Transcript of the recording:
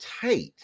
tight